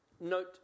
Note